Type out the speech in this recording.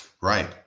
Right